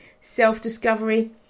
self-discovery